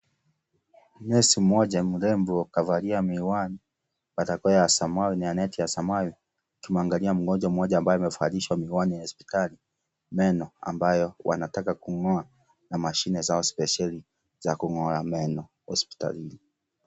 Nesi mmoja mrembo kavalia miwani barakoa ya samawi na neti ya samawi akimwangalia mgonjwa ambaye amevalishwa miwani ya hospitali meno ambayo wanataka kung'oa na mashine zao spesheli za kung'oa meno hospitalini.